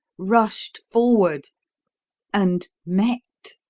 rushed forward and met